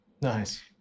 Nice